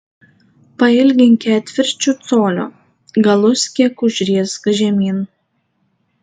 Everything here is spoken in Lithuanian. pailgink ketvirčiu colio galus kiek užriesk žemyn